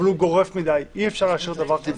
אבל הוא גורף מדי, אי-אפשר להשאיר דבר כזה.